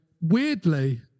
weirdly